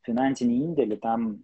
finansinį indėlį tam